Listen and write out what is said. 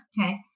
Okay